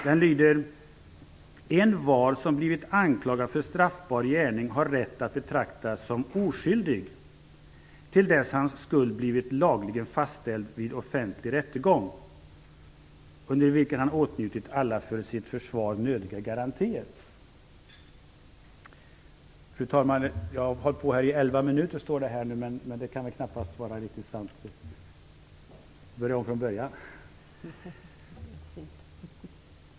Den lyder: "Envar, som blivit anklagad för straffbar gärning, har rätt att betraktas som oskyldig, till dess hans skuld blivit lagligen fastställd vid offentlig rättegång, under vilken han åtnjutit alla för sitt försvar nödiga garantier."